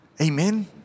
Amen